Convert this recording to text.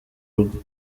rugo